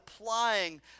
applying